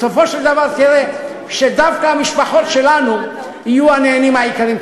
בסופו של דבר תראה שדווקא המשפחות שלנו יהיו הנהנות העיקריות.